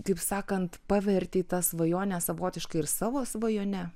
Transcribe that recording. kaip sakant pavertei tą svajonę savotiškai ir savo svajone